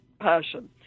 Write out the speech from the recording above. passion